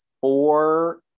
four